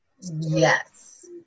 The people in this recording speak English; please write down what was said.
Yes